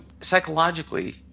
psychologically